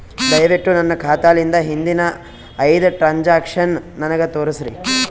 ದಯವಿಟ್ಟು ನನ್ನ ಖಾತಾಲಿಂದ ಹಿಂದಿನ ಐದ ಟ್ರಾಂಜಾಕ್ಷನ್ ನನಗ ತೋರಸ್ರಿ